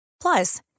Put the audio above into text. Plus